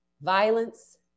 violence